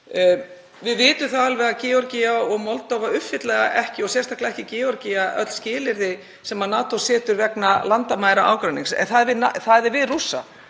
Við vitum það alveg að Georgía og Moldóva uppfylla ekki, sérstaklega ekki Georgía, öll skilyrði sem NATO setur vegna landamæraágreinings, en sá